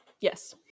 yes